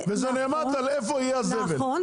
וזה נעמד על איפה יהיה הזבל?